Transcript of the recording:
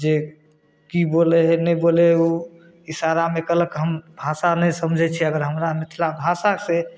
जे कि बोलै हइ नहि बोलै हइ ओ इशारामे कहलक हम भाषा नहि समझै छिए अगर हमरा मिथिला भाषा से